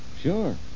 Sure